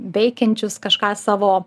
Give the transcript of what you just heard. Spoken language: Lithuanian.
veikiančius kažką savo